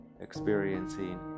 experiencing